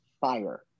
fire